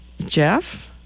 Jeff